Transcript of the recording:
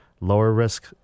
lower-risk